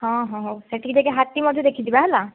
ହଁ ହଁ ସେଠିକି ଯାଇକି ହାତୀ ମଧ୍ୟ ଦେଖିଯିବା ହେଲା